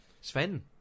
Sven